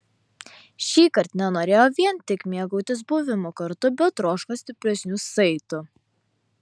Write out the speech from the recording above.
šįkart nenorėjo vien tik mėgautis buvimu kartu bet troško stipresnių saitų